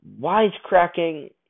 Wisecracking